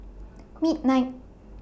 midnight